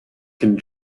can